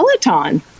Peloton